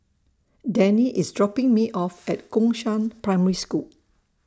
Dannie IS dropping Me off At Gongshang Primary School